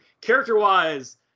character-wise